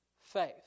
faith